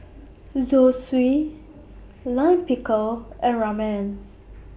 Zosui Lime Pickle and Ramen